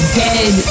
dead